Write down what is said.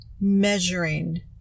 measuring